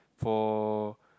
for